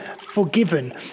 forgiven